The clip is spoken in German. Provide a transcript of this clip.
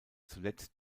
zuletzt